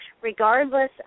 regardless